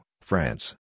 France